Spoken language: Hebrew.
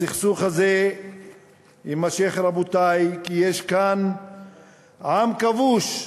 הסכסוך הזה יימשך, רבותי, כי יש כאן עם כבוש,